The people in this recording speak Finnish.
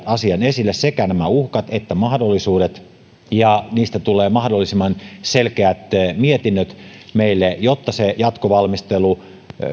asian esille sekä nämä uhkat että mahdollisuudet ja niistä tulee mahdollisimman selkeät mietinnöt meille jotta se jatkovalmistelu